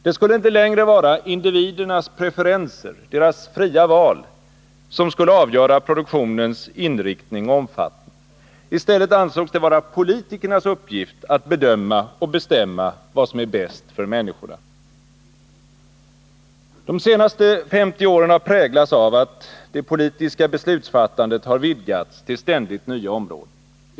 Det skulle inte längre vara individernas preferenser, deras fria val, som skulle avgöra produktionens inriktning och omfattning. I stället ansågs det vara politikernas uppgift att bedöma och bestämma vad som är bäst för människorna. De senaste 50 åren har präglats av att det politiska beslutsfattandet har vidgats till ständigt nya områden.